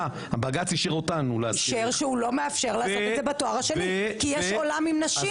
בג"ץ אישר שהוא לא מאפשר לעשות את זה בתואר השני כי יש עולם עם נשים,